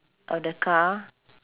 of the car